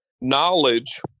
knowledge